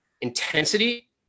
intensity